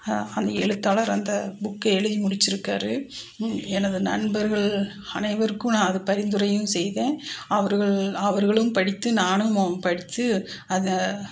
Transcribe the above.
அந்த எழுத்தாளர் அந்த புக்கை எழுதி முடித்திருக்காரு எனது நண்பர்கள் அனைவருக்கும் நான் அது பரிந்துரையும் செய்தேன் அவர்கள் அவர்களும் படித்து நானும் படித்து அந்த